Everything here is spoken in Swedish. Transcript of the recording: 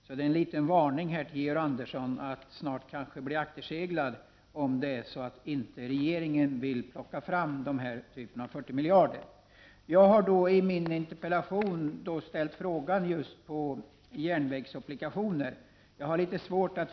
Detta är en liten varning till Georg Andersson att han kanske snart blir akterseglad om regeringen inte vill plocka fram dessa 40 miljarder. Jag har i min interpellation ställt en fråga om huruvida just järnvägsobligationer skulle kunna komma i fråga.